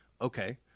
Okay